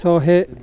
ଶହେ